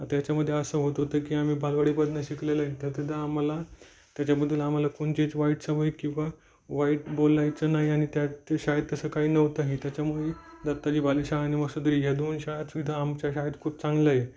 त्याच्यामध्ये असं होत होतं की आम्ही बालवाडीपासनं शिकलेलो आहे त्या तिथं आम्हाला त्याच्याबद्दल आम्हाला कोणचीच वाईट सवय किंवा वाईट बोलायचं नाही आणि त्या ते शाळेत तसं काही नव्हतंही त्याच्यामुळे दत्ताजी भाले शाळा आणि मसोदरी ह्या दोन शाळाच इथं आमच्या शाळेत खूप चांगलं आहे